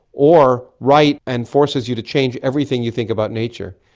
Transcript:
or right and forces you to change everything you think about nature.